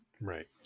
Right